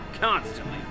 constantly